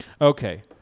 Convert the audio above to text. Okay